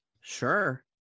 sure